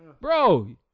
Bro